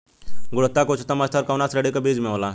गुणवत्ता क उच्चतम स्तर कउना श्रेणी क बीज मे होला?